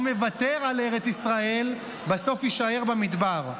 או מוותר על ארץ ישראל, בסוף יישאר במדבר.